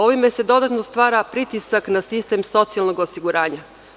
Ovime se dodatno stvara pritisak na sistem socijalnog osiguranja.